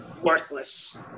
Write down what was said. worthless